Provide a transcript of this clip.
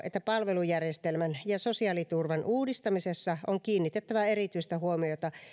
että palvelujärjestelmän ja sosiaaliturvan uudistamisessa on kiinnitettävä erityistä huomiota